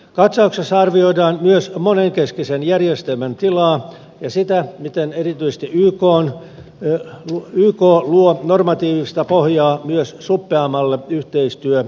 katsauksessa arvioidaan myös monenkeskisen järjestelmän tilaa ja sitä miten erityisesti yk luo normatiivista pohjaa myös suppeammalle yhteistyölle